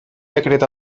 decret